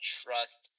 trust